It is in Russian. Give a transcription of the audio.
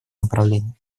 направлении